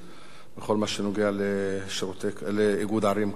בכל מה שנוגע לאיגוד ערים לכבאות.